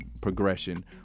progression